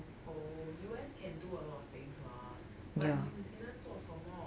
oh U_S can do a lot of things mah but new zealand 做什么 so